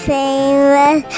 famous